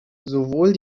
sowohl